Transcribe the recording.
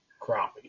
crappie